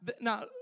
now